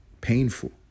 Painful